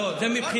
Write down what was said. לא, זה מבחינתך.